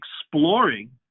exploring